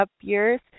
years